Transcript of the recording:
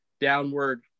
downward